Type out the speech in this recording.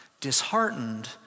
Disheartened